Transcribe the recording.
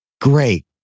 Great